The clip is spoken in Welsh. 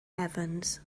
evans